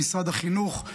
במשרד החינוך,